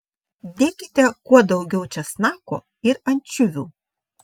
dėkite kuo daugiau česnako ir ančiuvių